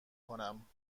کنم